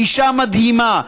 אישה מדהימה,